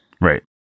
Right